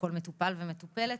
כל מטופל ומטופלת